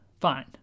fine